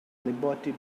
liberty